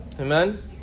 Amen